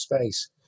space